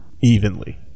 evenly